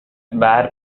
bare